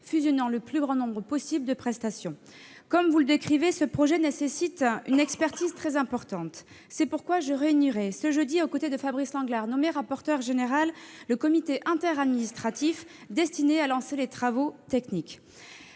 fusionnant le plus grand nombre possible de prestations. Comme vous venez de l'expliquer, ce projet nécessite une expertise très importante. C'est pourquoi je réunirai ce jeudi, aux côtés de Fabrice Lenglart nommé rapporteur général, le comité interadministratif destiné à lancer les travaux techniques.